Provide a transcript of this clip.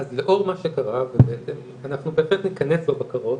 אז לאור מה שקרה ובהתאם אנחנו בהחלט ניכנס לבקרות,